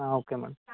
okay madam